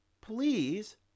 please